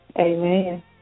Amen